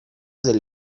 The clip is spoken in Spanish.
del